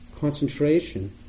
concentration